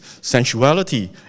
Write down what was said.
sensuality